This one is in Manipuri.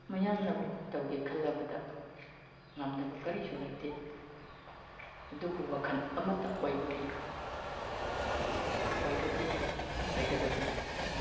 ꯃꯌꯥꯝꯅꯕꯨ ꯇꯧꯒꯦ ꯈꯜꯂꯕꯗ ꯉꯝꯗꯕ ꯀꯔꯤꯁꯨ ꯂꯩꯇꯦ ꯑꯗꯨꯕꯨ ꯋꯥꯈꯟ ꯑꯃꯠꯇ ꯑꯣꯏꯕꯒꯤ ꯑꯣꯏꯕꯗꯤ ꯑꯣꯏꯒꯗꯕꯅꯤ